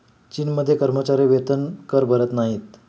चीनमध्ये कर्मचारी वेतनकर भरत नाहीत